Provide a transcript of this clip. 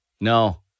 no